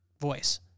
voice